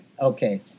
Okay